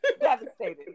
devastated